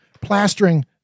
plastering